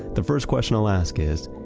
the first question i'll ask is,